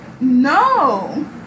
No